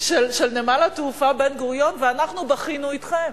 של נמל התעופה בן-גוריון, ואנחנו בכינו אתכם.